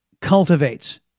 cultivates